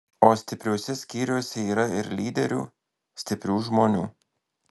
o stipriuose skyriuose yra ir lyderių stiprių žmonių